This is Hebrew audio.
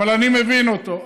אבל אני מבין אותו.